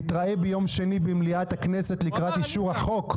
נתראה ביום שני במליאת הכנסת לקראת אישור החוק,